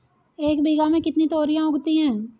एक बीघा में कितनी तोरियां उगती हैं?